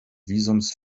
visums